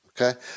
okay